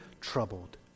troubled